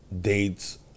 dates